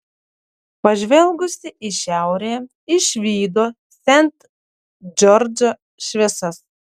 pažvelgusi į šiaurę išvydo sent džordžo šviesas